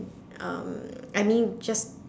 um I mean just